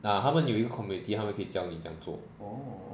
ah 他们有一个 community 他们可以教你怎样做